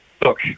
look